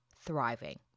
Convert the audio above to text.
thriving